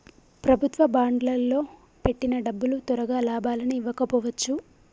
ప్రభుత్వ బాండ్లల్లో పెట్టిన డబ్బులు తొరగా లాభాలని ఇవ్వకపోవచ్చు